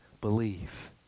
believe